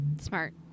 Smart